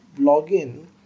login